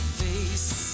face